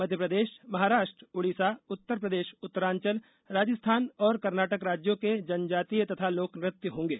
मध्यप्रदेश महाराष्ट्र उड़ीसा उत्तरप्रदेश उत्तरांचल राजस्थान और कर्नाटक राज्यों के जनजातीय तथा लोकनृत्य होगें